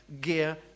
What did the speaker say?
gear